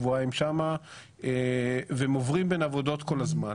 שבועיים שם והם עוברים בין עבודות כל הזמן.